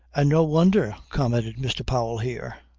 and no wonder, commented mr. powell here.